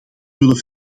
willen